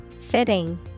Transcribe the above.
Fitting